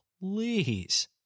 Please